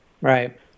right